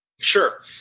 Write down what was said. Sure